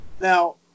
Now